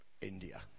India